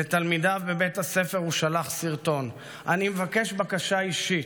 לתלמידיו בבית הספר הוא שלח סרטון: אני מבקש בקשה אישית,